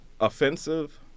offensive